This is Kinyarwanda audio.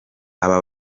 aba